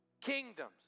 kingdoms